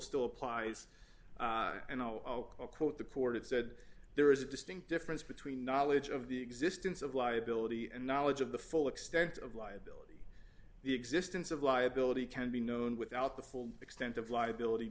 still applies and i'll quote the court said there is a distinct difference between knowledge of the existence of liability and knowledge of the full extent of liability the existence of liability can be known without the full extent of liability